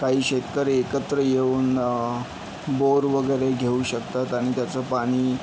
काही शेतकरी एकत्र येऊन बोर वगैरे घेऊ शकतात आणि त्याचं पाणी